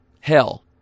hell